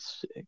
sick